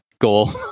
goal